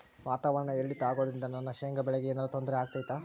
ವಾತಾವರಣ ಏರಿಳಿತ ಅಗೋದ್ರಿಂದ ನನ್ನ ಶೇಂಗಾ ಬೆಳೆಗೆ ಏನರ ತೊಂದ್ರೆ ಆಗ್ತೈತಾ?